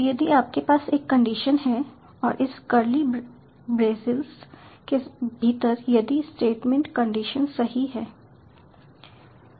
तो यदि आपके पास एक कंडीशन है और इस करली ब्रेसिज़ के भीतर यदि स्टेटमेंट कंडीशन सही है